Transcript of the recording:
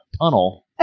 tunnel